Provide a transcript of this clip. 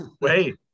wait